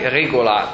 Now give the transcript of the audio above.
regola